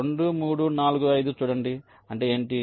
2 3 4 5 చూడండి అంటే ఏమిటి